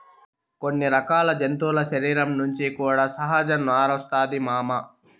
కొన్ని రకాల జంతువుల శరీరం నుంచి కూడా సహజ నారొస్తాది మామ